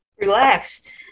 Relaxed